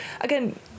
again